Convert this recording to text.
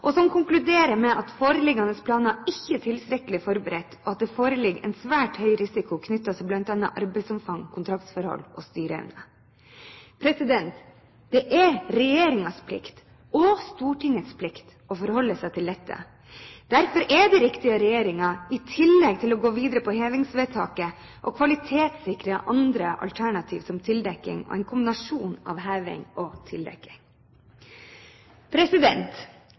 og som konkluderer med at de foreliggende planer ikke er tilstrekkelig forberedt, og at det foreligger en svært høy risiko knyttet til bl.a. arbeidsomfang, kontraktsforhold og styreevne. Det er regjeringens og Stortingets plikt å forholde seg til dette. Derfor er det riktig av regjeringen – i tillegg til å gå videre med hevingsvedtaket – å kvalitetssikre andre alternativer, som tildekking og en kombinasjon av heving og